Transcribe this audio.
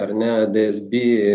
ar ne dsb